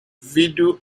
fiddle